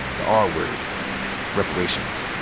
the um r-word, reparations.